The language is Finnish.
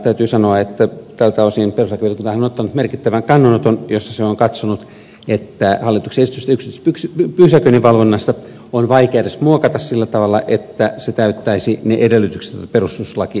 täytyy sanoa että tältä osin perustuslakivaliokuntahan on ottanut merkittävän kannanoton jossa se on katsonut että hallituksen esitystä yksityisestä pysäköinninvalvonnasta on vaikea edes muokata sillä tavalla että se täyttäisi ne edellytykset joita perustuslaki meille asettaa